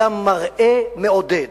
היה מראה מעודד.